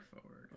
forward